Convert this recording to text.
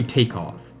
Takeoff